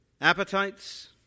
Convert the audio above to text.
appetites